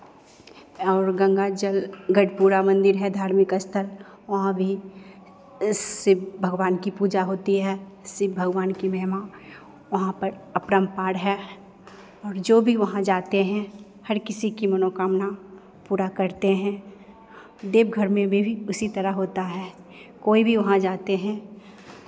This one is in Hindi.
और गंगाजल गढ़पुरा मंदिर है धार्मिक स्थल वहाँ भी इस शिव भगवान की पूजा होती है शिव भगवान की महिमा वहां पर अपरम्पार है और जो भी वहां जाते हैं हर किसी की मनोकामना पूरा करते हैं देवघर में भी उसी तरह होता है कोई भी वहां जाते हैं